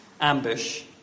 ambush